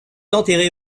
enterré